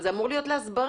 זה אמור להיות להסברה.